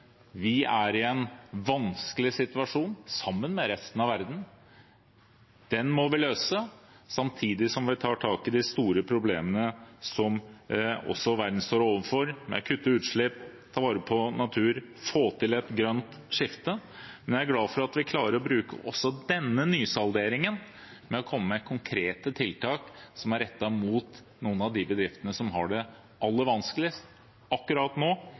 Vi er i en vanskelig situasjon sammen med resten av verden. Den må vi løse, samtidig som vi tar tak i de store problemene som verden også står overfor, ved å kutte utslipp, ta vare på natur, få til et grønt skifte. Jeg er glad for at vi klarer å bruke også denne nysalderingen til å komme med konkrete tiltak rettet mot noen av de bedriftene som har det aller vanskeligst akkurat nå,